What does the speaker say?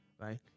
right